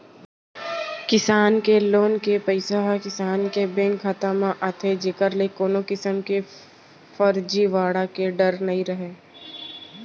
किसान के लोन के पइसा ह किसान के बेंक खाता म आथे जेकर ले कोनो किसम के फरजीवाड़ा के डर नइ रहय